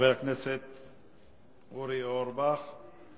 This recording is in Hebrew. חבר הכנסת אורי אורבך.